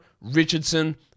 Richardson